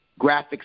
graphics